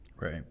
Right